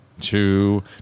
two